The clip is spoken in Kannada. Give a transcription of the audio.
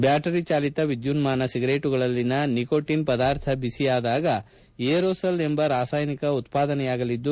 ಬ್ಬಾಟರಿ ಚಾಲಿತ ವಿದ್ವುನ್ನಾನ ಸಿಗರೇಟುಗಳಲ್ಲಿನ ನಿಕೋಟನ್ ಪದಾರ್ಥ ಬಿಸಿಯಾದಾಗ ಏರೋಸಲ್ ಎಂಬ ರಾಸಾಯನಿಕ ಉತ್ತಾದನೆಯಾಗಲಿದ್ದು